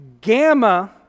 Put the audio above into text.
gamma